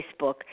Facebook